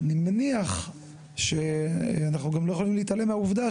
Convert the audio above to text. אני מניח שאנחנו גם לא יכולים להתעלם מהעובדה